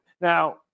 Now